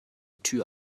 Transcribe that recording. tür